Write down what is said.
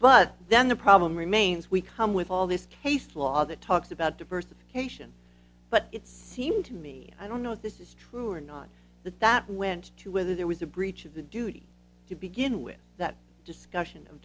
but then the problem remains we come with all this case law that talks about diversification but it seemed to me i don't know if this is true or not that that went to whether there was a breach of the duty to begin with that discussion of